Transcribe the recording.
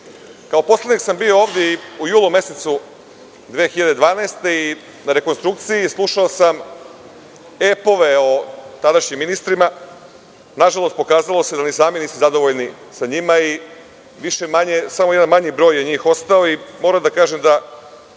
ste. Kao poslanik sam bio ovde i u julu mesecu 2012. godine na rekonstrukciji i slušao sam epove o tadašnjim ministrima. Nažalost, pokazalo se da ni sami niste zadovoljni sa njima i više-manje, samo jedan manji broj njih je ostao i moram da kažem da